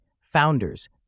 Founders